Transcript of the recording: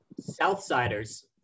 Southsiders